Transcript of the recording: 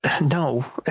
no